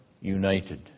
united